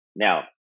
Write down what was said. Now